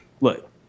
look